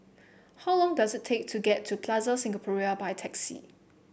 how long does it take to get to Plaza Singapura by taxi